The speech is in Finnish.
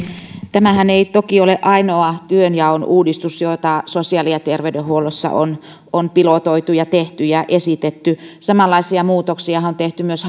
tämähän ei toki ole ainoa työnjaon uudistus jota sosiaali ja terveydenhuollossa on on pilotoitu ja tehty ja esitetty samanlaisia muutoksiahan on tehty myös